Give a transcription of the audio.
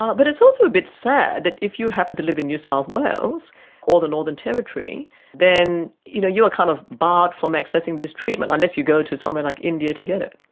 um but it's also a bit sad that if you happen to live in new south wales or the northern territory then you know you are kind of barred from accessing this treatment unless you go to somewhere like india to get it.